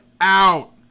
Out